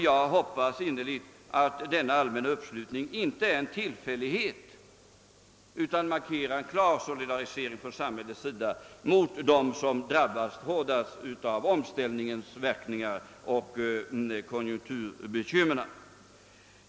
Jag hoppas innerligt att denna allmän na uppslutning inte bara är en tillfällighet utan markerar en klar solidarisering med samhället när det gäller dem som har drabbats hårdast av strukturomställningen och konjunktursvårigheterna.